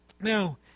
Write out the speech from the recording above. Now